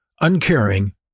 uncaring